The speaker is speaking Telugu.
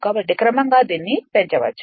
కాబట్టి క్రమంగా దీన్ని పెంచవచ్చు